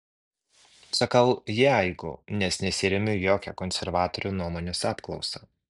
sakau jeigu nes nesiremiu jokia konservatorių nuomonės apklausa